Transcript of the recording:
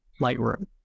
Lightroom